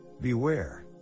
Beware